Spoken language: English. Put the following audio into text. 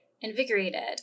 invigorated